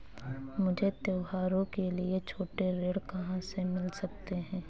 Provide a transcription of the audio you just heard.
मुझे त्योहारों के लिए छोटे ऋृण कहां से मिल सकते हैं?